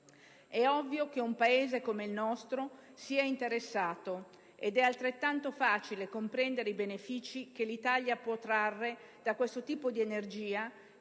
È ovvio che un Paese come il nostro sia interessato, ed è altrettanto facile comprendere i benefici che l'Italia può trarre da questo tipo di energia